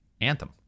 Anthem